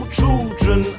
children